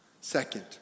Second